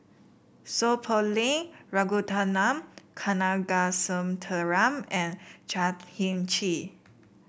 S eow Poh Leng Ragunathar Kanagasuntheram and Chan Heng Chee